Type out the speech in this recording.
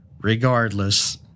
Regardless